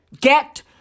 get